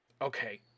Okay